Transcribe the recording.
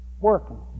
Working